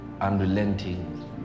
unrelenting